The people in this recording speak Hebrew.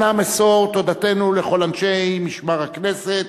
אנא מסור תודתנו לכל אנשי משמר הכנסת,